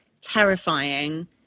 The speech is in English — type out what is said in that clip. terrifying